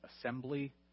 assembly